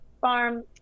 farm